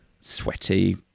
sweaty